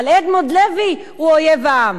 אבל אדמונד לוי הוא אויב העם.